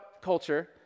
culture